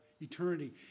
eternity